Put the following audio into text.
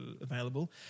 available